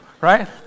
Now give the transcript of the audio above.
right